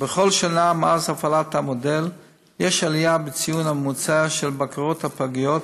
בכל שנה מאז הפעלת המודל יש עלייה בציון הממוצע בבקרות הפגיות,